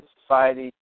society